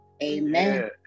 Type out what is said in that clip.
Amen